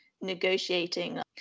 negotiating